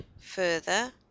further